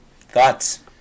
thoughts